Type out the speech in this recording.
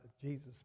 Jesus